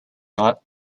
not